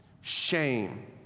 Shame